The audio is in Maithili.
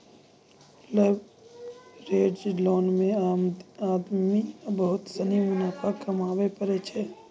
लवरेज्ड लोन मे आदमी बहुत सनी मुनाफा कमाबै पारै छै